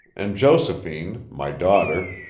and josephine, my daughter,